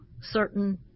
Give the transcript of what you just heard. certain